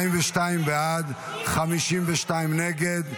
42 בעד, 52 נגד.